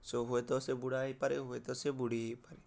show ହୁଏ ତ ସେ ବୁଢ଼ା ହେଇପାରେ ହୁଏ ତ ସେ ବୁଢ଼ୀ ହେଇପାରେ